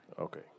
Okay